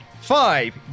five